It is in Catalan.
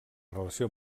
relació